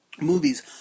movies